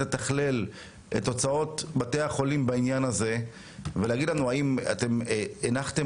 לתכלל את הוצאות בתי החולים בעניין הזה ולהגיד לנו האם אתם הנחתם